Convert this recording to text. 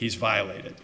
he's violated